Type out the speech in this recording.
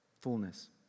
fullness